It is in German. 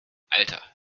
alter